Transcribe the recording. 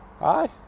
Aye